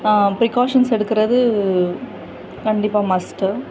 precautions எடுக்கிறது கண்டிப்பாக must